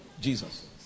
jesus